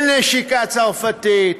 כן נשיקה צרפתית.